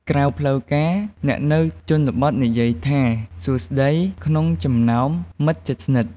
ក្រៅផ្លូវការ អ្នកនៅជនបទនិយាយថា «សួស្ដី» ក្នុងចំណោមមិត្តជិតស្និទ្ធ។